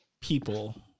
people